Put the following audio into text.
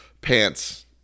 pants